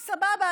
סבבה.